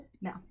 No